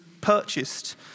purchased